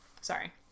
Sorry